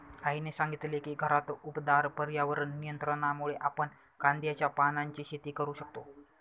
आईने सांगितले की घरात उबदार पर्यावरण नियंत्रणामुळे आपण कांद्याच्या पानांची शेती करू शकतो